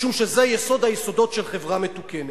משום שזה יסוד היסודות של חברה מתוקנת.